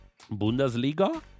Bundesliga